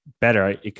better